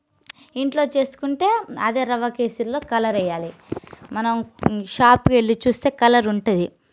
ఇంట్లో చేసుకుంటే అదే రవ్వ కేసరిలో కలర్ వెయ్యాలి మనం షాప్కి వెళ్లి చూస్తే కలర్ ఉంటుంది